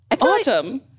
Autumn